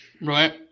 right